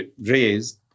raise